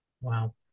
wow